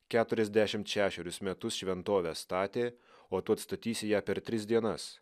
keturiasdešimt šešerius metus šventovę statė o tu atstatysi ją per tris dienas